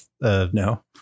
No